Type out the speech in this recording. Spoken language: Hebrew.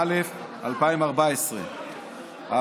התשע"א 2014. ב.